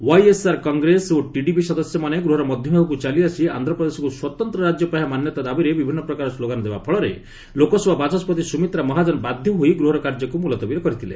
YSR Congress ଓ TDP ସଦସ୍ୟମାନେ ଗୃହର ମଧ୍ୟଭାଗକୁ ଚାଲିଆସି ଆନ୍ଧ୍ରପ୍ରଦେଶକୁ ସ୍ୱତନ୍ତ୍ର ରାଜ୍ୟ ପାହ୍ୟା ମାନ୍ୟତା ଦାବିରେ ବିଭିନ୍ନ ପ୍ରକାର ସ୍କ୍ଲୋଗାନ ଦେବା ଫଳରେ ଲୋକସଭା ବାଚସ୍କତି ସୁମିତ୍ରା ମହାଚ୍ଚନ ବାଧ୍ୟହୋଇ ଗୃହର କାର୍ଯ୍ୟକୁ ମୁଲତବୀ କରିଥିଲେ